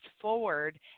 forward